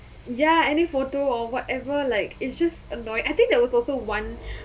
ya any photo or whatever like it's just annoy~ I think that was also one